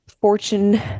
fortune